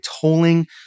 tolling